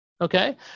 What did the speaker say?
Okay